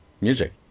music